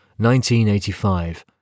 1985